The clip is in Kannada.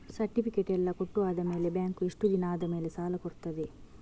ಸರ್ಟಿಫಿಕೇಟ್ ಎಲ್ಲಾ ಕೊಟ್ಟು ಆದಮೇಲೆ ಬ್ಯಾಂಕ್ ಎಷ್ಟು ದಿನ ಆದಮೇಲೆ ಸಾಲ ಕೊಡ್ತದೆ?